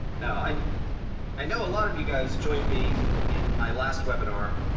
now, and i know a lot of you guys joined me in my last webinar,